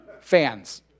fans